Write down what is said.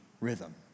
rhythm